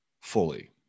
fully